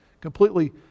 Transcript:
completely